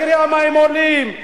מחירי המים עולים,